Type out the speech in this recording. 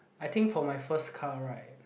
I think for my first car right